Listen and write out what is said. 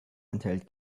enthält